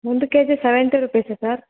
ಒಂದು K G seventy rupees sir